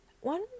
One